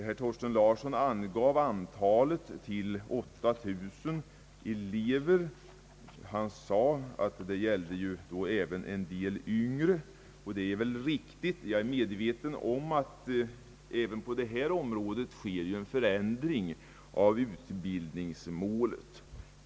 Herr Thorsten Larsson angav antalet sådana elever till 3 000. Han sade att däri ingår även en del yngre, och det är väl riktigt. Jag är medveten om att en förändring av utbildningsmålet sker även på det här området.